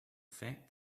fact